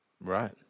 Right